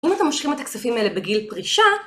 אם אתם מושכים את הכספים האלה בגיל פרישה